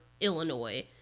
Illinois